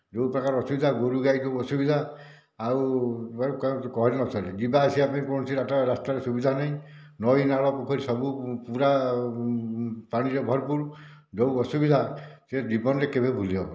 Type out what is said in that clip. ଯେଉଁ ପ୍ରକାର ଅସୁବିଧା ଗୋରୁ ଗାଈକୁ ବି ଅସୁବିଧା ଆଉ କହିଲେ ନ ସରେ ଯିବା ଆସିବା ପାଇଁ କୌଣସି ରାସ୍ତାର ସୁବିଧା ନାହିଁ ନଈ ନାଳ ପୋଖରୀ ସବୁ ପୁରା ପାଣି ରେ ଭରପୁର ଯେଉଁ ଅସୁବିଧା ସେଟା ଜୀବନରେ କେବେ ଭୁଲି ହେବନାହିଁ